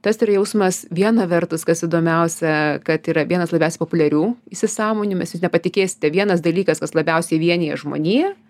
tas yra jausmas viena vertus kas įdomiausia kad yra vienas labiausiai populiarių įsisąmoninimas jūs nepatikėsite vienas dalykas kas labiausiai vienija žmoniją